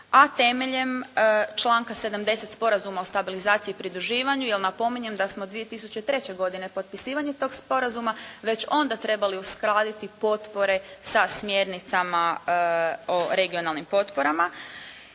a temeljem članka 70. Sporazuma o stabilizaciji i pridruživanju jer napominjem da smo 2003. godine potpisivanje tog sporazuma već onda trebali uskladiti potpore sa smjernicama o regionalnim potporama.